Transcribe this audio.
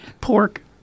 pork